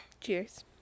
Cheers